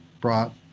brought